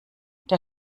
der